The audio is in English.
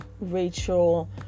Rachel